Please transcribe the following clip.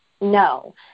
No